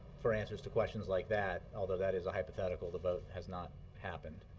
for answers to questions like that, although that is a hypothetical the vote has not happened.